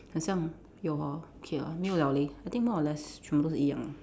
很像：hen xiang 有 hor okay ah 没有了 leh I think more or less 全部都是一样 ah